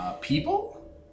People